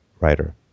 writer